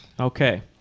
Okay